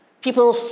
people